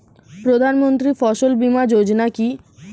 প্রধানমন্ত্রী ফসল বীমা যোজনা কি?